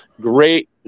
Great